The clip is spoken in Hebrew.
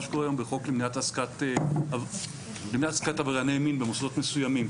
שקורה היום בחוק למניעת העסקת עברייני מין במוסדות מסוימים.